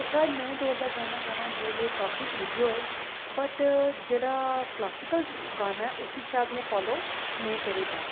ते शायद में डोगरी गाना गाना होए मेरे आस्तै काफी ईजी होए बट्ट जेह्ड़ा क्लासिकल गाना ऐ उसी शायद में फालो नेईं करी पांऽ